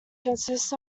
consists